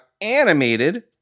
animated